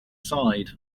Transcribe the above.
side